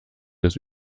des